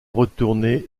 retourné